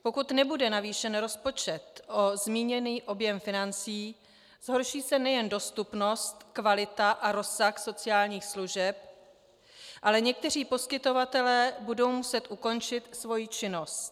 Pokud nebude navýšen rozpočet o zmíněný objem financí, zhorší se nejen dostupnost, kvalita a rozsah sociálních služeb, ale někteří poskytovatelé budou muset ukončit svoji činnost.